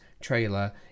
trailer